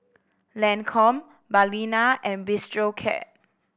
Lancome Balina and Bistro Cat